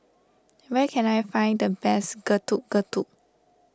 where can I find the best Getuk Getuk